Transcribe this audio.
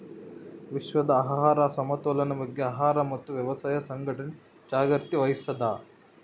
ವಿಶ್ವದ ಆಹಾರ ಸಮತೋಲನ ಬಗ್ಗೆ ಆಹಾರ ಮತ್ತು ವ್ಯವಸಾಯ ಸಂಘಟನೆ ಜಾಗ್ರತೆ ವಹಿಸ್ತಾದ